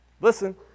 Listen